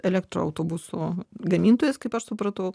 elektroautobusų gamintojais kaip aš supratau